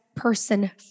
person